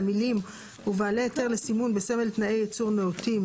המילים "ובעלי היתר לסימון בסמל תנאי ייצור נאותים"